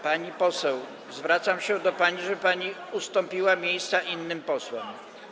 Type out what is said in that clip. Pani poseł, zwracam się do pani, żeby pani ustąpiła miejsca innym posłom.